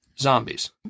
zombies